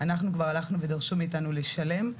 אנחנו כבר הלכנו ודרשו מאיתנו לשלם.